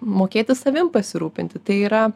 mokėti savim pasirūpinti tai yra